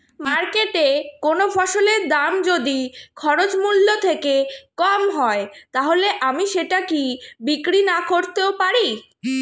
মার্কেটৈ কোন ফসলের দাম যদি খরচ মূল্য থেকে কম হয় তাহলে আমি সেটা কি বিক্রি নাকরতেও পারি?